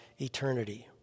eternity